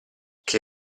che